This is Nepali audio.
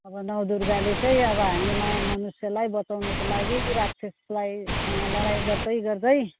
अब नौ दुर्गाले चाहिँ अब हामी मनुष्यलाई बचाउनुको लागि राक्षसलाई सँग लडाइँ गर्दै गर्दै